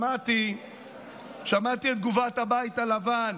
שמעתי את תגובת הבית הלבן,